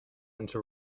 into